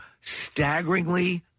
staggeringly